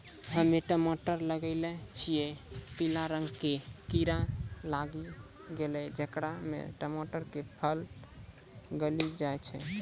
हम्मे टमाटर लगैलो छियै पीला रंग के कीड़ा लागी गैलै जेकरा से टमाटर के फल गली जाय छै?